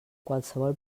qualsevol